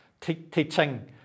teaching